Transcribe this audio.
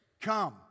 come